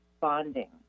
bonding